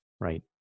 Right